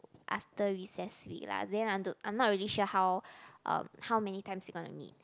after recess week lah then I want to I'm not really sure how um how many times they gonna meet